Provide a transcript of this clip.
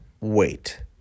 wait